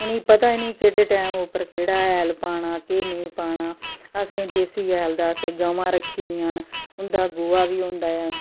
उ'नें गी पता निं केह्ड़े टैम उप्पर केह्ड़ा ऐल पाना केह्ड़ा नेईं पाना असें गी देसी ऐल असें गमां रक्खी दियां न उं'दा गोआ बी होंदा ऐ